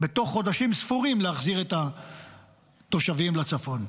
בתוך חודשים ספורים להחזיר את התושבים לצפון.